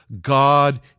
God